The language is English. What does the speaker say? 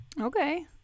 Okay